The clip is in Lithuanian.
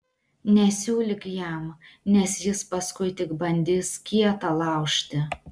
nesiūlyk jam nes jis paskui tik bandys kietą laužti